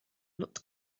looked